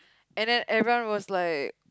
and then everyone was like